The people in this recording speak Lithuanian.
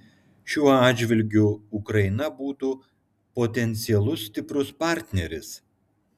šiuo atžvilgiu ukraina būtų potencialus stiprus partneris